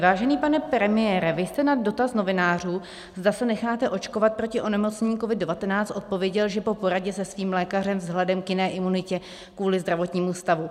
Vážený pane premiére, vy jste na dotaz novinářů, zda se necháte očkovat proti onemocnění COVID19, odpověděl, že po poradě se svým lékařem vzhledem k jiné imunitě, kvůli zdravotnímu stavu.